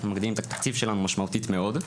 מגדילים את התקציב שלנו משמעותית מאוד.